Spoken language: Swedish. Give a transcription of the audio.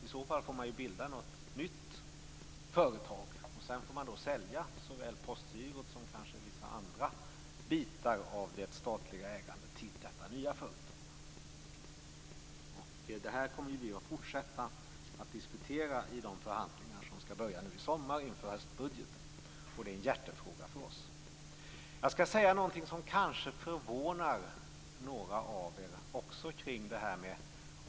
I så fall får man bilda ett nytt företag. Sedan kan man sälja såväl Postgirot som kanske vissa andra bitar av det statliga ägandet till detta nya företag. Det här kommer vi att fortsätta att diskutera i de förhandlingar som skall börja nu i sommar inför höstbudgeten. Det är en hjärtefråga för oss. Jag skall säga något som kanske förvånar några av er.